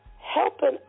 helping